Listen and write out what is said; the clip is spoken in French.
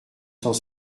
cent